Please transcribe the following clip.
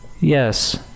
Yes